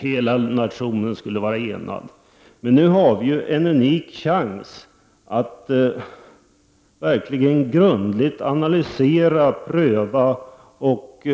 Hela nationen Nu har vi emellertid en unik chans att verkligen grundligt analysera, pröva och